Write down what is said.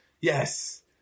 Yes